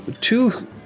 two